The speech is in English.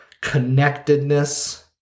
connectedness